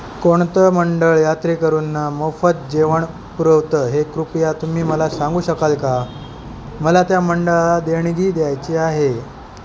कोणतं मंडळ यात्रेकरूंना मोफत जेवण पुरवतं हे कृपया तुम्ही मला सांगू शकाल का मला त्या मंडळाला देणगी द्यायची आहे